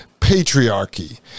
patriarchy